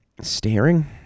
staring